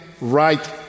right